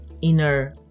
inner